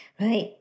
Right